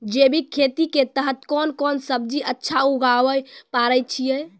जैविक खेती के तहत कोंन कोंन सब्जी अच्छा उगावय पारे छिय?